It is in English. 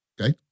Okay